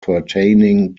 pertaining